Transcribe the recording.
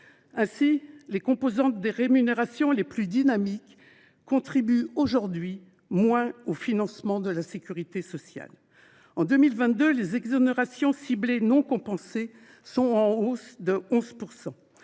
Ainsi, les composantes des rémunérations les plus dynamiques contribuent aujourd’hui le moins au financement de la sécurité sociale. En 2022, les exonérations ciblées non compensées sont en hausse de 11 %.